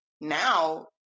Now